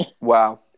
Wow